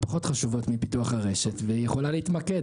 פחות חשובות מפיתוח הרשת והיא יכולה להתמקד.